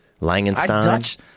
Langenstein